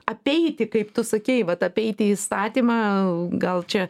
apeiti kaip tu sakei vat apeiti įstatymą gal čia